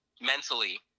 mentally